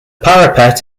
parapet